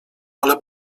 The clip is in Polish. ale